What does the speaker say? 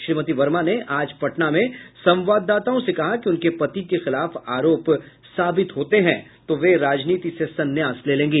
श्रीमती वर्मा ने आज पटना में संवाददाताओं से कहा कि उनके पति के खिलाफ आरोप साबित होते हैं तो वे राजनीति से संन्यास ले लेंगी